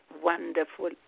wonderful